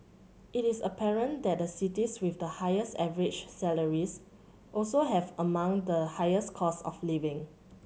it is apparent that the cities with the highest average salaries also have among the highest cost of living